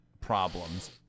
problems